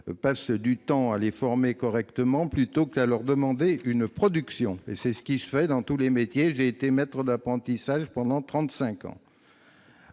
passent du temps à les former correctement plutôt qu'à leur demander une production. C'est d'ailleurs ce qui se fait dans tous les métiers. J'ai moi-même été maître d'apprentissage pendant